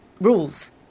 rules